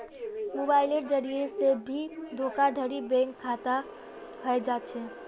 मोबाइलेर जरिये से भी धोखाधडी बैंक खातात हय जा छे